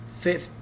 fifth